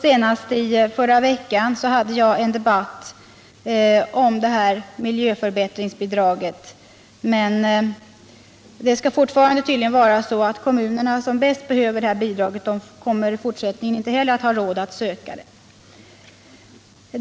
Senast i förra veckan hade jag en debatt i kammaren om miljöförbättringsbidraget, men det skall tydligen fortfarande vara så att de kommuner som bäst behöver bidraget inte heller i fortsättningen kommer att ha råd att söka det.